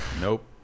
Nope